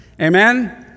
amen